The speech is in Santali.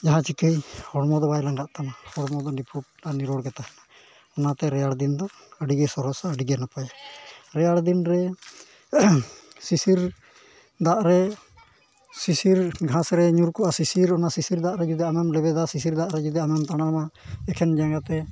ᱡᱟᱦᱟᱸ ᱪᱤᱠᱟᱹᱭ ᱦᱚᱲᱢᱚ ᱫᱚ ᱵᱟᱭ ᱞᱟᱸᱜᱟᱜ ᱛᱟᱢᱟ ᱦᱚᱲᱢᱚ ᱫᱚ ᱱᱤᱯᱷᱩᱴ ᱟᱨ ᱱᱤᱨᱳᱲ ᱜᱮ ᱛᱟᱦᱮᱱᱟ ᱚᱱᱟᱛᱮ ᱨᱮᱭᱟᱲ ᱫᱤᱱ ᱫᱚ ᱟᱹᱰᱤᱜᱮ ᱥᱚᱨᱮᱥᱟ ᱟᱹᱰᱤᱜᱮ ᱱᱟᱯᱟᱭᱟ ᱨᱮᱭᱟᱲ ᱫᱤᱱ ᱨᱮ ᱥᱤᱥᱤᱨ ᱫᱟᱜ ᱨᱮ ᱥᱤᱥᱤᱨ ᱜᱷᱟᱥ ᱨᱮ ᱧᱩᱨ ᱠᱚᱜᱼᱟ ᱥᱤᱥᱤᱨ ᱚᱱᱟ ᱥᱤᱥᱤᱨ ᱫᱟᱜ ᱨᱮ ᱡᱩᱫᱤ ᱟᱢᱮᱢᱟ ᱥᱤᱥᱤᱨ ᱫᱟᱜ ᱨᱮ ᱡᱩᱫᱤ ᱟᱢᱮᱢ ᱛᱟᱲᱟᱢᱟ ᱮᱠᱷᱮᱱ ᱡᱟᱸᱜᱟ ᱛᱮ